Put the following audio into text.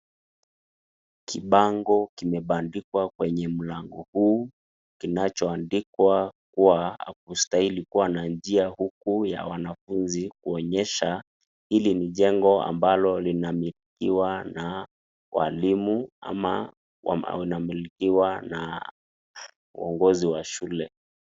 Kibango kimebandiwa kwenye mlango huu kinacho andikwa kuwa akustahili kuwa na njia huku ya wanafunzi. Kuonyesha hili ni jengo ambalo lina milikiwa na walimu ama lina milikiwa na uongozi wa shule.